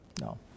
No